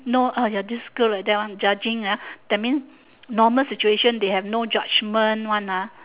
know !aiya! this girl like that one judging ah that mean normal situation they have no judgement one ah